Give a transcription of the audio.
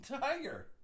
tiger